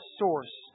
source